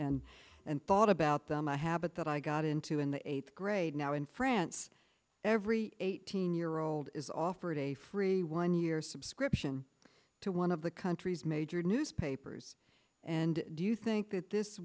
and thought about them a habit that i got into in the eighth grade now in france every eighteen year old is offered a free one year subscription to one of the country's major newspapers and do you think th